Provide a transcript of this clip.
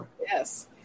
Yes